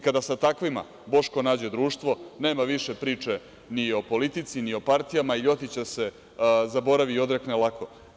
Kada sa takvima Boško nađe društvo nema više priče ni o politici ni o partijama, Ljotića zaboravi i odrekne se lako.